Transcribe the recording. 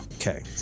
Okay